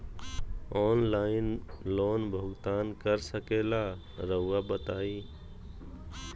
Online loan भुगतान कर सकेला राउआ बताई?